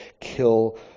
kill